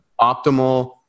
optimal